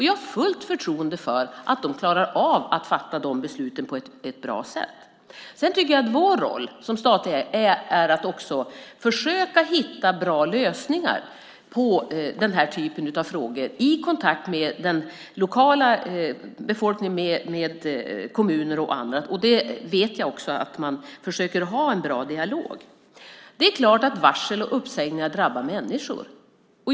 Jag har fullt förtroende för att de klarar av att fatta beslut på ett bra sätt. Jag tycker att vår roll som statlig ägare är att försöka hitta bra lösningar på den här typen av frågor i kontakt med lokalbefolkningen, kommuner och andra, och jag vet också att man försöker ha en bra dialog. Det är klart att varsel och uppsägningar drabbar människor.